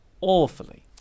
awfully